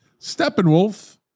Steppenwolf